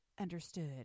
understood